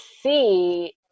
see